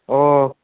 অঁ